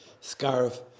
Scarf